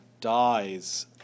dies